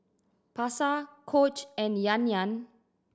Pasar Coach and Yan Yan